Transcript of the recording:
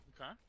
Okay